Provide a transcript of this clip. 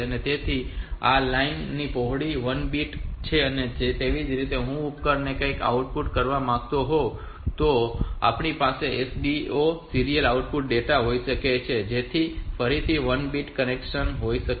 તેથી આ લાઇન ની પહોળાઈ 1 બીટ છે અને તેવી જ રીતે જો હું ઉપકરણમાં કંઈક આઉટપુટ કરવા માંગતો હોવ તો આપણી પાસે SOD એટલે કે સીરીયલ આઉટપુટ ડેટા હોઈ શકે છે જેથી ફરીથી 1 બીટ કનેક્શન હોઈ શકે છે